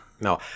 No